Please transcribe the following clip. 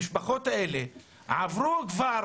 אבל המשפחות האלה עברו כבר